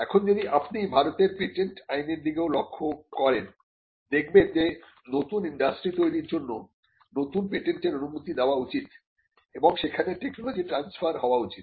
এখন যদি আপনি ভারতের পেটেন্ট আইনের দিকেও লক্ষ্য করেন দেখবেন যে নতুন ইন্ডাস্ট্রি তৈরীর জন্য নতুন পেটেন্টের অনুমতি দেওয়া উচিত এবং সেখানে টেকনোলজি ট্রান্সফার হওয়া উচিত